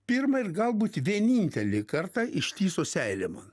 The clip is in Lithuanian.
pirmą ir galbūt vienintelį kartą ištįso seilė man